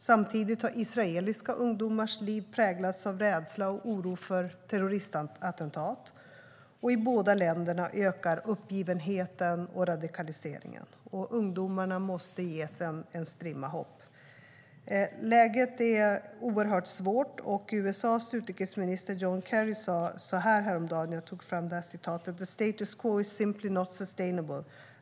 Samtidigt har israeliska ungdomars liv präglats av rädsla och oro för terroristattentat. I båda länderna ökar uppgivenheten och radikaliseringen. Ungdomarna måste ges en strimma hopp. Läget är oerhört svårt. USA:s utrikesminister John Kerry sa så här häromdagen: "The status quo is simply not sustainable.